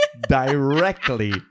directly